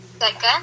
Second